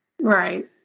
Right